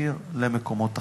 הישיר למקומות אחרים,